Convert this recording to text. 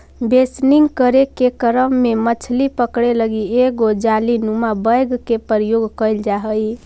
बेसनिंग करे के क्रम में मछली पकड़े लगी एगो जालीनुमा बैग के प्रयोग कैल जा हइ